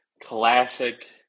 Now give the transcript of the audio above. classic